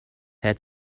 had